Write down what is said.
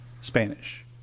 Spanish